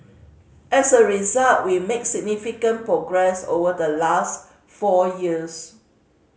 as a result we make significant progress over the last four years